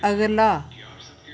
अगला